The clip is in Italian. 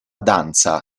danza